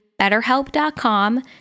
betterhelp.com